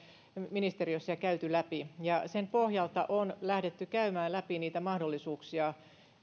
ministeriössä ja käyty läpi ja sen pohjalta on lähdetty käymään läpi niitä mahdollisuuksia